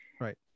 Right